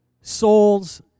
souls